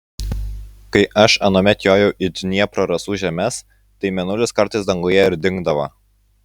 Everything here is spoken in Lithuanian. kai aš anuomet jojau į dniepro rasų žemes tai mėnulis kartais danguje ir dingdavo